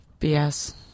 BS